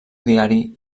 diari